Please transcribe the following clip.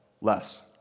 less